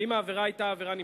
ואם העבירה היתה עבירה נמשכת,